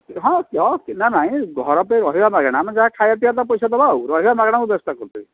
ହଁ ହଁ ଚିହ୍ନା ନାହିଁ ଘର ପାଇଁ ରହିବା ମାଗଣା ଆମେ ଯାହା ଖାଇବା ପିଇବାଟା ପଇସା ଦେବା ଆଉ ରହିବା ମାଗଣା ମୁଁ ବ୍ୟବସ୍ଥା କରିଦେବି